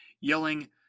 yelling